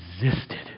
existed